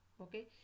Okay